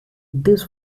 this